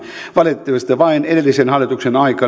valitettavasti vain edellisen hallituksen aikana meillä